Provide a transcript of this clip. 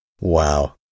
Wow